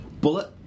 Bullet